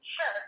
Sure